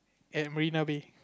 at Marina-Bay